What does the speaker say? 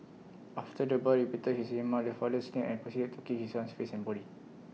after the boy repeated his remark the father snapped and proceeded to kick his son's face and body